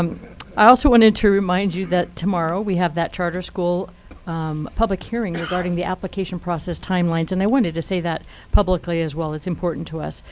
um i also wanted to remind you that tomorrow we have that charter school public hearing regarding the application process timelines. and i wanted to say that publicly as well. it's important to us.